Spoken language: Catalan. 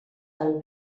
del